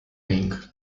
inc